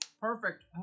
perfect